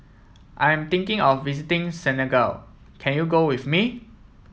I am thinking of visiting Senegal can you go with me